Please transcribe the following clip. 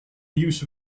use